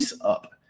up